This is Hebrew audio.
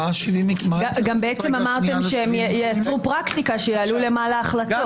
(היו"ר ארז מלול) גם בעצם אמרתם שהם ייצרו פרקטיקה שיעלו למעלה החלטות.